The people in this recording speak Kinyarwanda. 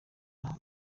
banki